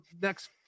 next